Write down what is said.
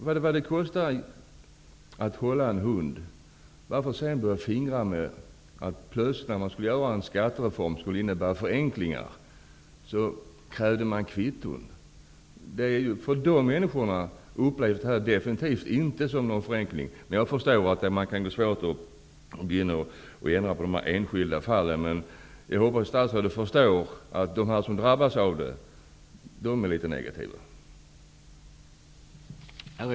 Enligt uppgift förhalar de ryska myndigheterna ånyo frågan om trupptillbakadragande från Baltikum. Omgrupperingar i Lettland har också väckt oro. Vilka initiativ kan Sverige bl.a. som ESK ordförande ta för att underlätta förhandlingarna mellan de baltiska staterna och påskynda ett trupptillbakadragande? En utredning har tillsatts av Riksskatteverket för att utreda förutsättningarna för en regional samordning av verksamheten vid kronofogdemyndigheterna. I samband med detta får exekutionsväsendet nya huvudorter. Min fråga är: Skall en så övergripande reform endast behandlas inom Riksskatteverket?